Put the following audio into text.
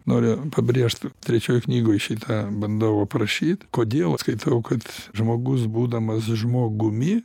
noriu pabrėžt trečioj knygoj šitą bandau aprašyt kodėl skaitau kad žmogus būdamas žmogumi